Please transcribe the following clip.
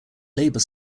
labor